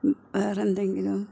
വേറെ എന്തെങ്കിലും